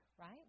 right